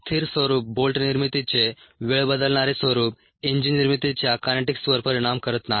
अस्थिर स्वरूप बोल्ट निर्मितीचे वेळ बदलणारे स्वरूप इंजिन निर्मितीच्या कायनेटिक्सवर परिणाम करत नाही